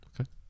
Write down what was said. okay